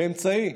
זה אמצעי,